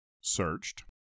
searched